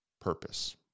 purpose